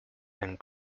and